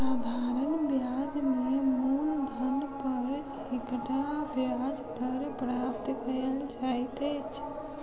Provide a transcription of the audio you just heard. साधारण ब्याज में मूलधन पर एकता ब्याज दर प्राप्त कयल जाइत अछि